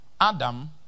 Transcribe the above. Adam